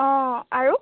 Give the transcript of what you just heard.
অঁ আৰু